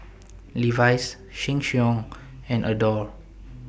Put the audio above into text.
Levi's Sheng Siong and Adore